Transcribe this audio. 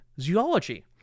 zoology